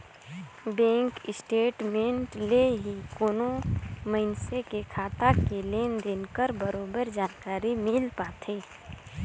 bank statement ले ही कोनो मइनसे के खाता के लेन देन कर बरोबर जानकारी मिल पाथे